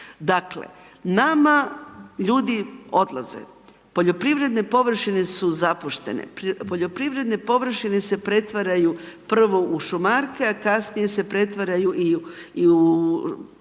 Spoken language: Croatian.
dakle, nama ljudi odlaze, poljoprivredne površine su zapuštene, poljoprivredne površine se pretvaraju prvo u šumarke, a kasnije se pretvaraju i u de